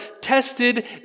tested